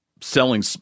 selling